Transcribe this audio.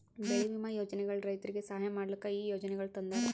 ಬೆಳಿ ವಿಮಾ ಯೋಜನೆಗೊಳ್ ರೈತುರಿಗ್ ಸಹಾಯ ಮಾಡ್ಲುಕ್ ಈ ಯೋಜನೆಗೊಳ್ ತಂದಾರ್